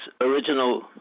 original